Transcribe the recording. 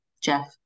Jeff